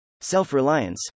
Self-reliance